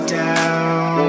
down